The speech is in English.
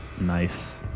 Nice